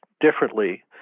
differently